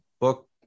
book